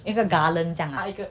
一个 garden 这样 ah